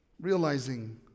realizing